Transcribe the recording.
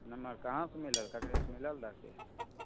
नहि कहाँसँ मिलत ककरोसँ